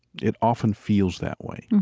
it often feels that way.